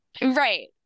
Right